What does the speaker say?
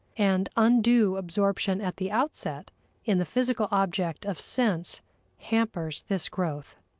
and undue absorption at the outset in the physical object of sense hampers this growth.